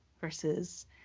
versus